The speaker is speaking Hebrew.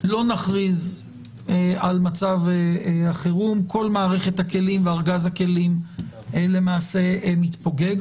אם לא נכריז על מצב החירום כל מערכת הכלים והארגז הכלים למעשה מתפוגג.